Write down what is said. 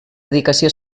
dedicació